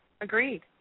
agreed